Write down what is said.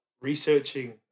researching